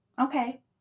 Okay